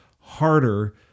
harder